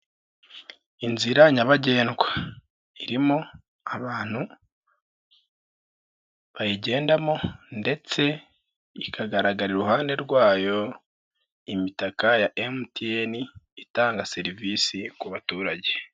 Inzira nyabagendwa irimo abantu bayigendamo, ndetse ikagaragara iruhande rwayo imitaka ya MTN Itanga servise ku baturage.